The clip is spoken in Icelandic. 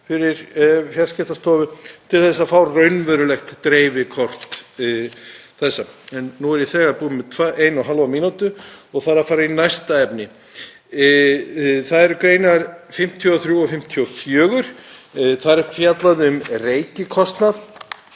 fyrir Fjarskiptastofu til að fá raunverulegt dreifikort. En nú er ég þegar búinn með eina og hálfa mínútu og þarf að fara í næsta efni. Það eru 53. og 54. gr., en þar er fjallað um reikikostnað.